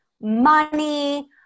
money